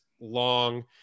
long